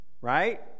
right